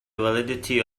validity